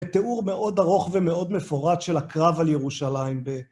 תיאור מאוד ארוך ומאוד מפורט של הקרב על ירושלים.